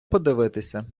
подивитися